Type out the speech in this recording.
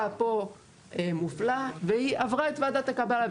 פה מופלה והיא עברה את ועדת הקבלה.